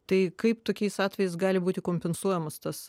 tai kaip tokiais atvejais gali būti kompensuojamas tas